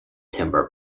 timber